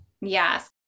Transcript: Yes